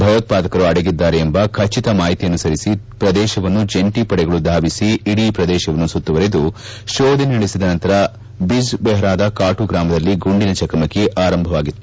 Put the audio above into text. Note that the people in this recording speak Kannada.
ಭಯೋತ್ಪಾದಕರು ಅಡಗಿದ್ದಾರೆ ಎಂಬ ಖಚಿತ ಮಾಹಿತಿ ಅನುಸರಿಸಿ ಪ್ರದೇಶವನ್ನು ಜಂಟಿ ಪಡೆಗಳು ಧಾವಿಸಿ ಇಡೀ ಪ್ರದೇಶವನ್ನು ಸುತ್ತುವರೆದು ಶೋಧನೆ ನಡೆಸಿದ ನಂತರ ಬಿಜ್ ಬೆಹರಾದ ಕಾಟು ಗ್ರಾಮದಲ್ಲಿ ಗುಂಡಿನ ಚಕಮಕಿ ಆರಂಭವಾಗಿತ್ತು